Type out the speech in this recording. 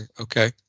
Okay